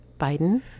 Biden